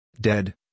Dead